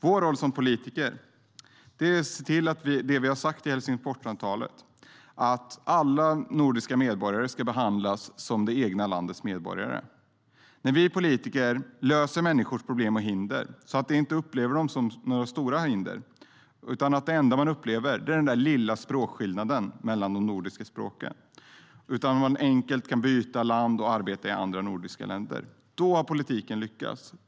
Vår roll som politiker är att se till att det vi har sagt i Helsingforsavtalet efterlevs: att alla nordiska medborgare ska behandlas som det egna landets medborgare. När vi politiker löser människors problem och ser till att hindren inte upplevs som stora, att det enda man upplever är den där lilla språkskillnaden mellan de nordiska språken, när vi ser till att man enkelt kan byta land och arbeta i andra nordiska länder, då har politiken lyckats.